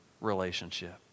relationship